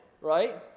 right